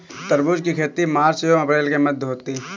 तरबूज की खेती मार्च एंव अप्रैल के मध्य होती है